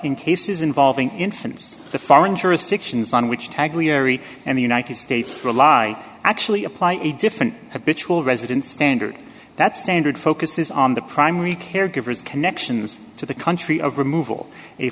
in cases involving infants the foreign jurisdictions on which tag larry and the united states rely actually apply a different a bitch will residence standard that standard focuses on the primary caregivers connections to the country of removal a